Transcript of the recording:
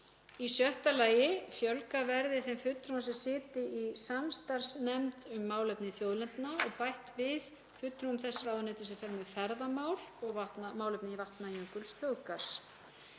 Í sjötta lagi verði fjölgað þeim fulltrúum sem sitji í samstarfsnefnd um málefni þjóðlendna og bætt við fulltrúum þess ráðuneytis sem fer með ferðamál og málefni Vatnajökulsþjóðgarðs.